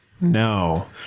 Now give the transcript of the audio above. No